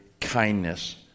kindness